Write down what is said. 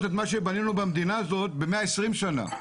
את מה שבנינו במדינה הזאת ב-120 שנה.